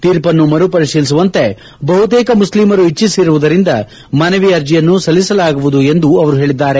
ತೀರ್ಪನ್ನು ಮರುಪರಿಶೀಲಿಸುವಂತೆ ಬಹುತೇಕ ಮುಸ್ಲಿಮರು ಇಚ್ಚಿಸಿರುವುದರಿಂದ ಮನವಿ ಅರ್ಜಿಯನ್ನು ಸಲ್ಲಿಸಲಾಗುವುದು ಎಂದು ಅವರು ಹೇಳಿದ್ದಾರೆ